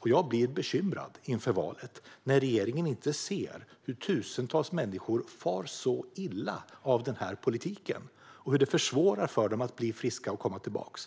Och jag blir bekymrad inför valet när regeringen inte ser hur tusentals människor far så illa av den här politiken och hur detta försvårar för dem att bli friska och komma tillbaka.